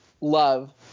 love